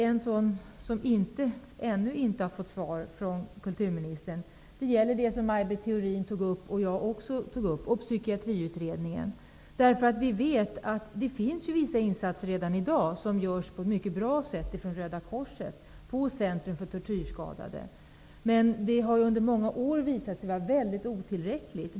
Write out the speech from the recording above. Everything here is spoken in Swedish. En av dessa har ännu inte blivit besvarad av kulturministern, nämligen den som Maj Britt Theorin och även jag tog upp om psykiatriutredningen. Vi vet att det görs vissa insatser redan i dag. De görs på ett mycket bra sätt av Röda korset vid Centrum för tortyrskadade. Men de har under många år visat sig vara otillräckliga.